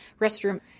restroom